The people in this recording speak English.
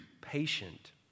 patient